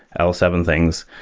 l seven things,